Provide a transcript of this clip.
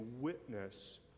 witness